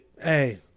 Hey